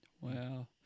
Wow